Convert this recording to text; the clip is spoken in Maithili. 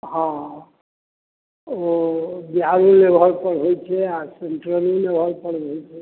हॅं ओ बिहारो लेवल पर होइ छै आ सेण्ट्रलो लेवल पर होइ छै